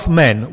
men